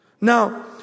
Now